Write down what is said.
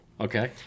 Okay